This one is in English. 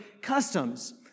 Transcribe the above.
customs